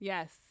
Yes